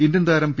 Indian താരം P